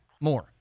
more